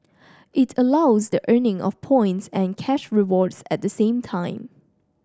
it allows the earning of points and cash rewards at the same time